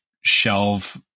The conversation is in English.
shelve